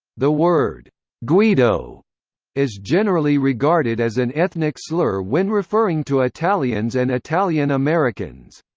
the word guido is generally regarded as an ethnic slur when referring to italians and italian americans.